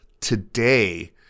today